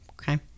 Okay